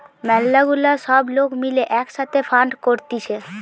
ম্যালা গুলা সব লোক মিলে এক সাথে ফান্ড করতিছে